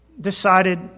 decided